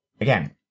again